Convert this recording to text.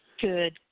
Good